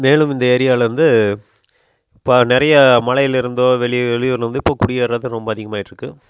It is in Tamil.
மேலும் இந்த ஏரியாலேருந்து ப நிறையா மலையில் இருந்தோ வெளி வெளியூர்லேருந்து இப்போ குடியேறது ரொம்ப அதிகமாயிட்டு இருக்குது